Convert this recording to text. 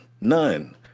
none